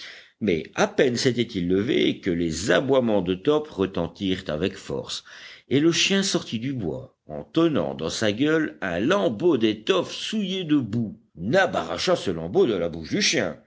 mais à peine s'était-il levé que les aboiements de top retentirent avec force et le chien sortit du bois en tenant dans sa gueule un lambeau d'étoffe souillée de boue nab arracha ce lambeau de la bouche du chien